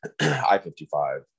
I-55